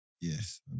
Yes